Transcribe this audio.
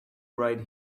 right